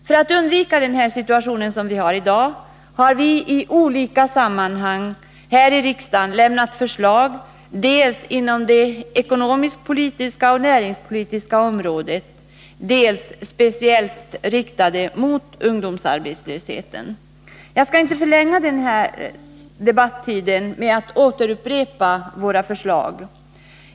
För att undvika den situation vi har i dag, har vi i olika sammanhang här i riksdagen lämnat förslag dels inom det ekonomisk-politiska och näringspolitiska området, dels speciellt riktade mot ungdomsarbetslösheten. Jag skall inte förlänga kammarens debattid med att återupprepa våra förslag.